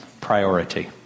priority